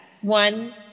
One